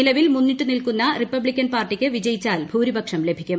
നിലവിൽ മുന്നിട്ടുനിൽക്കുന്ന റിപബ്ലിക്കൻ പാർട്ടിക്ക് വിജയിച്ചാൽ ഭൂരിപക്ഷം ലഭിക്കും